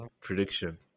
prediction